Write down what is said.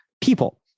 people